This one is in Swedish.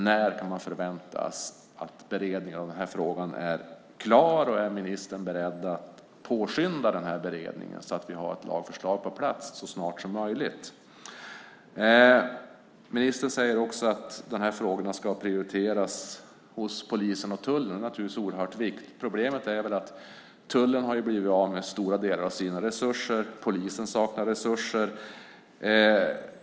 När kan beredningen av frågan väntas vara klar? Är ministern beredd att påskynda beredningen så att vi har ett lagförslag på plats så snart som möjligt? Ministern säger att de här frågorna ska prioriteras hos polisen och tullen. Det är naturligtvis oerhört viktigt. Problemet är att tullen har blivit av med stora delar av sina resurser och att polisen saknar resurser.